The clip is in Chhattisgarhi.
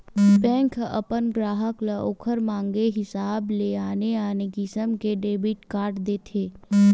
बेंक ह अपन गराहक ल ओखर मांगे हिसाब ले आने आने किसम के डेबिट कारड देथे